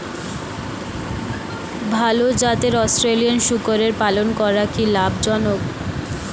ভাল জাতের অস্ট্রেলিয়ান শূকরের পালন করা কী লাভ জনক?